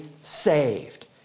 saved